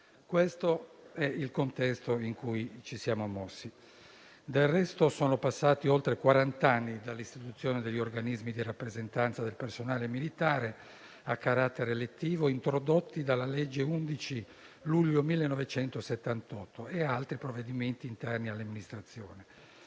Questo è il contesto in cui ci siamo mossi. Del resto, sono passati oltre quarant'anni dall'istituzione degli organismi di rappresentanza del personale militare a carattere elettivo, introdotti dalla legge dell'11 luglio 1978 e altri provvedimenti interni all'amministrazione.